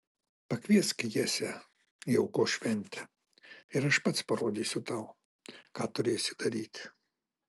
pakviesk jesę į aukos šventę ir aš pats parodysiu tau ką turėsi daryti